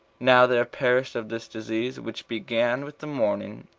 now there perished of this disease, which began with the morning,